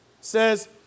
says